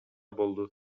болду